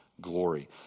glory